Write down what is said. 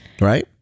Right